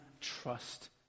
trust